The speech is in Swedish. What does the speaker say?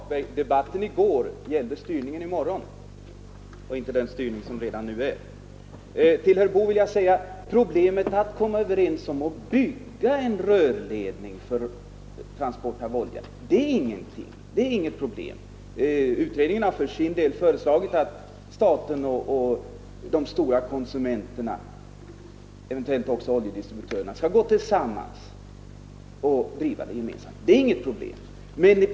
Fru talman! Debatten i går, herr Hagberg, gällde styrningen i morgon och inte den styrning som redan finns. Till herr Boo vill jag säga, att det organisatoriska problemet att bygga en rörledning för transport av olja inte är så stort. Utredningen har för sin del föreslagit att staten och de stora konsumenterna — eventuellt också oljedistributörerna — skall gå samman i ett bolag.